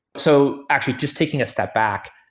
so actually just taking a step back,